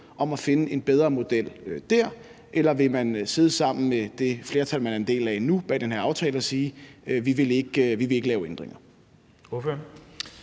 om at finde en bedre model der, eller vil man sidde sammen med det flertal, man er en del af nu bag den her aftale, og sige: Vi vil ikke lave ændringer?